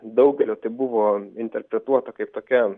daugelio tai buvo interpretuota kaip tokia